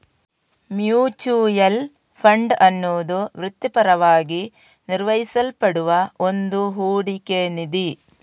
mutual fund ಅನ್ನುದು ವೃತ್ತಿಪರವಾಗಿ ನಿರ್ವಹಿಸಲ್ಪಡುವ ಒಂದು ಹೂಡಿಕೆ ನಿಧಿ